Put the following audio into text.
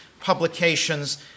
publications